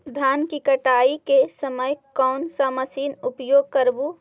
धान की कटाई के समय कोन सा मशीन उपयोग करबू?